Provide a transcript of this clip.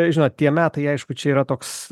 žinot tie metai aišku čia yra toks